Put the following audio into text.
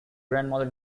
grandmother